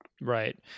right